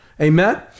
Amen